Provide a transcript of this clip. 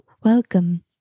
Welcome